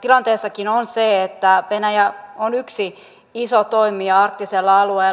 tilanteessakin on se että venäjä on yksi iso toimija arktisella alueella